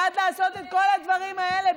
בעד לעשות את כל הדברים האלה.